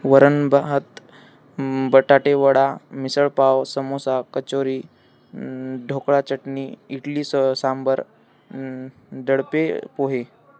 वरण भात बटाटे वडा मिसळ पाव समोसा कचोरी ढोकळा चटणी इडली स सांबर दडपे पोहे